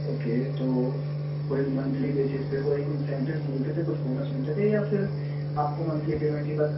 okay تو کوئی monthly basis پہ کوئی انسینٹوس ملتے تھے کچھ بونس ملتے تھے یا پھر آپ کو منتھلی پیمنٹ ہی بس